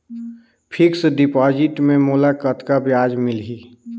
Fixed deposit मे मोला कतका ब्याज मिलही?